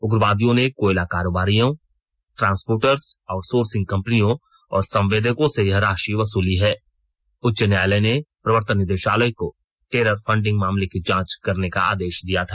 उग्रवादियों ने कोयला कारोबारियों ट्रांसपोटर्स आउटसोर्सिंग कंपनियों और संवेदकों से यह राशि वसूली है उच्च न्यायालय ने प्रवर्तन निदेशालय को टेरर फंडिंग मामले की जांच करने का आदेश दिया था